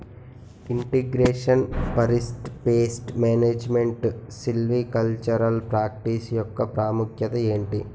integration forest pest management silvicultural practice యెక్క ప్రాముఖ్యత ఏంటి